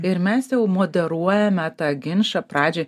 ir mes jau moderuojame tą ginčą pradžioj